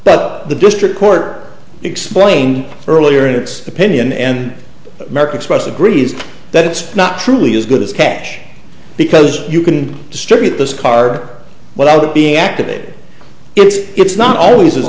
but the district court explained earlier in its opinion and the american express agrees that it's not truly as good as cash because you can distribute this car without it being activated if it's not always